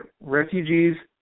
Refugees